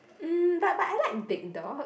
mm but but I like big dogs